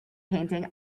painting